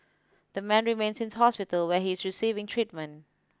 the man remains in hospital where he is receiving treatment